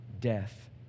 death